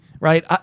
right